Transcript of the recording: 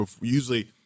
Usually